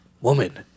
woman